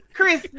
Chris